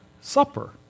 supper